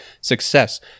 success